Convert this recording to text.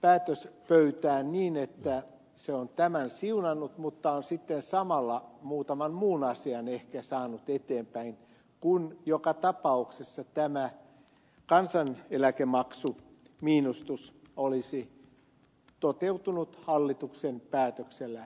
päätöspöytään niin että se on tämän siunannut mutta on sitten samalla muutaman muun asian ehkä saanut eteenpäin kun joka tapauksessa tämä kansaneläkemaksumiinustus olisi toteutunut hallituksen päätöksellä